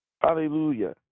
Hallelujah